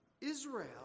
Israel